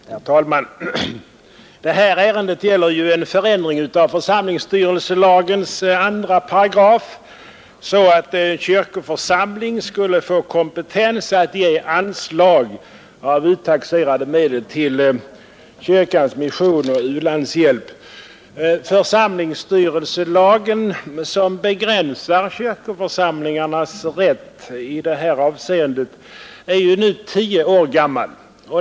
Herr talman! Det här ärendet gäller en förändring av 2 § lagen om församlingsstyrelse för att kyrkoförsamling skulle få kompetens att ge anslag av uttaxerade medel till kyrkans mission och u-landshjälp. Församlingsstyrelselagen, som begränsar kyrkoförsamlingarnas rätt i det här avseendet, är nu tio år gammal.